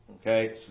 okay